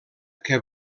que